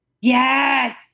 Yes